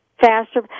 faster